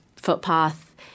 footpath